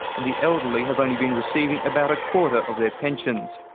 and the elderly have only been receiving about a quarter of their pensions.